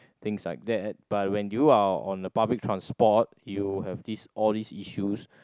things like that but when you are on a public transport you have this all these issues